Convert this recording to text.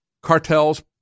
cartel's